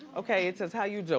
okay, it says, how you so